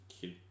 kid